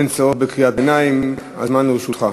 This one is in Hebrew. אין צורך בקריאות ביניים, הזמן לרשותך.